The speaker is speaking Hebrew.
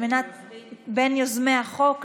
מיוזמי החוק,